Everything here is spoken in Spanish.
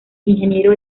ingeniero